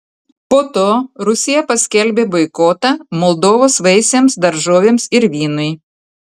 po to rusija paskelbė boikotą moldovos vaisiams daržovėms ir vynui